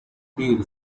deer